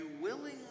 willingly